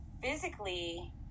physically